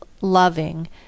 loving